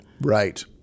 Right